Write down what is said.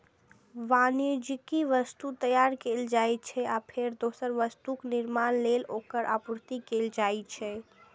वाणिज्यिक वस्तु तैयार कैल जाइ छै, आ फेर दोसर वस्तुक निर्माण लेल ओकर आपूर्ति कैल जाइ छै